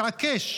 התעקש.